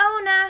owner